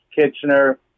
Kitchener